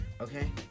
okay